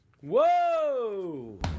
Whoa